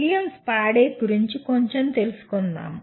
William Spady గురించి కొంచెం తెలుసుకుందాం